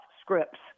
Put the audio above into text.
scripts